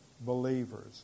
believers